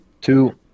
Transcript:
two